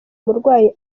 umurwayi